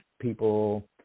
people